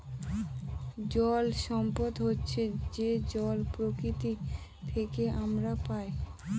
জল সম্পদ হচ্ছে যে জল প্রকৃতি থেকে আমরা পায়